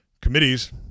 committees